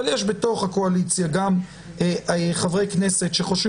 אבל יש בתוך הקואליציה גם חברי כנסת שחושבים